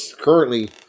currently